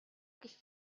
гэх